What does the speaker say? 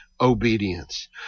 obedience